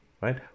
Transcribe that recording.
right